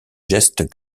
gestes